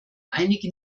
einige